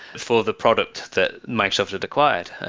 for the product that microsoft had acquired,